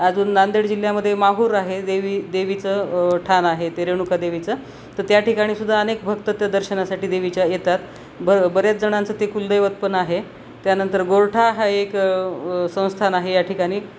अजून नांदेड जिल्ह्यामध्ये माहूर आहे देवी देवीचं ठाणं आहे ते रेणुकादेवीचं तरं त्या ठिकाणीसुद्धा अनेक भक्त त्या दर्शनासाठी देवीच्या येतात बर बऱ्याचजणांचं ते कुलदैवत्पन आहे त्यानंतर गोरठा हा एक संस्थान आहे या ठिकाणी